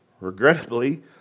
Regrettably